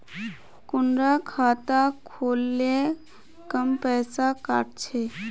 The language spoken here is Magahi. कुंडा खाता खोल ले कम पैसा काट छे?